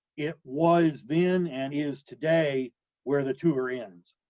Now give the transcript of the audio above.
it was then and is today where the tour ends.